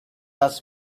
ask